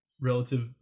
relative